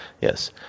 yes